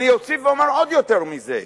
אני אוסיף ואומר עוד יותר מזה.